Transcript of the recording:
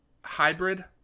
hybrid